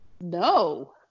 No